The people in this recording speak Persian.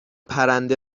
پرنده